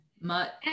mutt